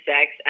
sex